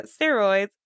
steroids